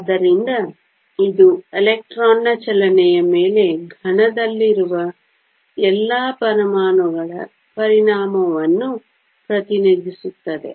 ಆದ್ದರಿಂದ ಇದು ಎಲೆಕ್ಟ್ರಾನ್ನ ಚಲನೆಯ ಮೇಲೆ ಘನದಲ್ಲಿರುವ ಎಲ್ಲಾ ಪರಮಾಣುಗಳ ಪರಿಣಾಮವನ್ನು ಪ್ರತಿನಿಧಿಸುತ್ತದೆ